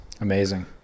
Amazing